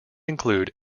include